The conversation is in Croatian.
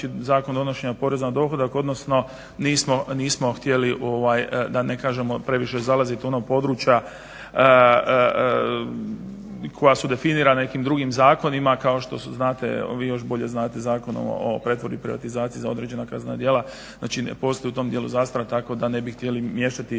Zakon donošenja poreza na dohodak, odnosno nismo htjeli da ne kažemo previše zalaziti u ona područja koja su definirana nekim drugim zakonima kao što su vi još bolje znate Zakon o pretvorbi i privatizaciji za određena kaznena djela. Znači, ne postoji u tom dijelu zastara tako da ne bi htjeli miješati